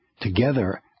together